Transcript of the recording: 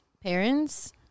parents